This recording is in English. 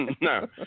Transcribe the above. No